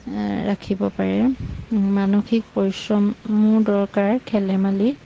ৰাখিব পাৰে মানসিক পৰিশ্ৰমো দৰকাৰ খেল ধেমালি